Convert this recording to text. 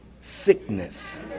sickness